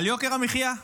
יוקר המחיה.